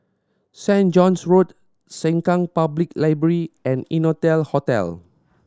Saint John's Road Sengkang Public Library and Innotel Hotel